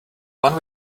one